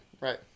right